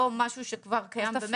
לא משהו שכבר קיים ממילא.